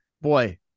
boy